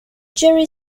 jerry